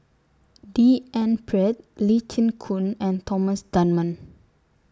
D N Pritt Lee Chin Koon and Thomas Dunman